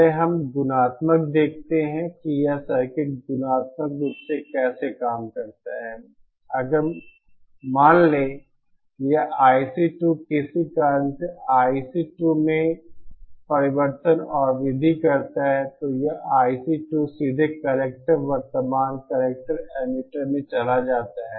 पहले हम गुणात्मक देखते हैं कि यह सर्किट गुणात्मक रूप से कैसे काम करता है अगर मान लें कि यह IC2 किसी कारण से IC2 में परिवर्तन और वृद्धि करता है तो यह IC2 सीधे कलेक्टर वर्तमान कलेक्टर एमिटर में चला जाता है